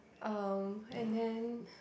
um and then